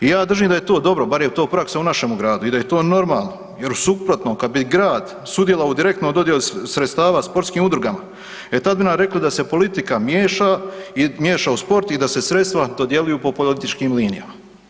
I ja držim da je to dobro, bar je to praksa u našemu gradu i da je to normalno jer u suprotno kad bi grad sudjelovao u direktnoj dodijeli sredstava sportskim udrugama, e tad bi nam rekli da se politika miješa, miješa u sport i da se sredstva dodjeljuju po političkim linijama.